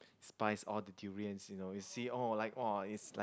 despise all the durian you know you see all like !wah! it's like